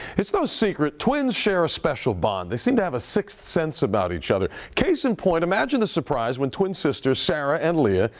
it's no secret twins share a special bond. they seem to have a sixth sense about each other. case in point, imagine the surprise when twin sisters sara and leah,